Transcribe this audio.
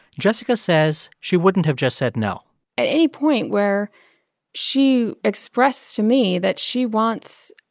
jessica says she wouldn't have just said no at any point where she expressed to me that she wants,